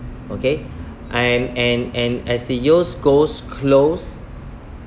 okay and and and as the years goes close